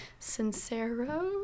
Sincero